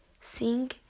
sing